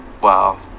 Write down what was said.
Wow